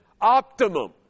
optimum